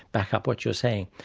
back up what you're saying.